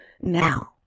now